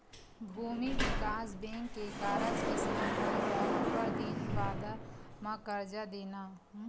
भूमि बिकास बेंक के कारज किसान मन ल अब्बड़ दिन बादर म करजा देना